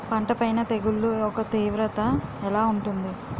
పంట పైన తెగుళ్లు యెక్క తీవ్రత ఎలా ఉంటుంది